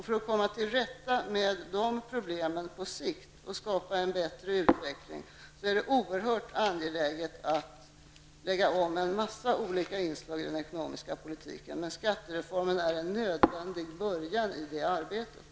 För att komma till rätta med de problemen på sikt och skapa en bättre utveckling är det oerhört angeläget att lägga om en massa olika inslag i den ekonomiska politiken, men skattereformen är en nödvändig början på det arbetet.